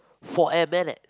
forty minutes